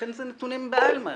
לכן זה נתונים בעלמא.